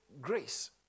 grace